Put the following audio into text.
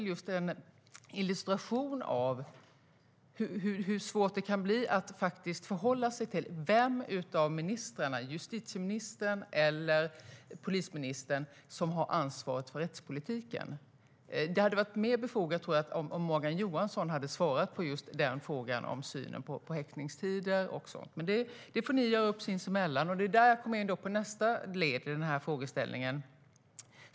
Men detta är en illustration av hur svårt det kan bli att förhålla sig till vem av ministrarna, justitieministern eller polisministern, som har ansvaret för rättspolitiken. Det hade varit mer befogat om Morgan Johansson hade svarat på just frågan om synen på häktningstider. Det får ni göra upp sinsemellan. Där kommer jag in på nästa led i frågan.